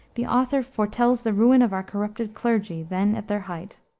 the author foretells the ruin of our corrupted clergy, then at their height.